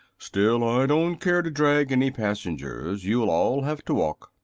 still, i don't care to drag any passengers. you'll all have to walk.